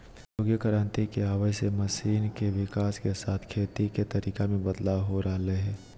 औद्योगिक क्रांति के आवय से मशीन के विकाश के साथ खेती के तरीका मे बदलाव हो रहल हई